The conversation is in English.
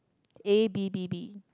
A B B B